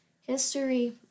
history